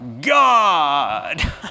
God